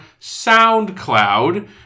SoundCloud